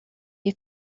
you